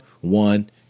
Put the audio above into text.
one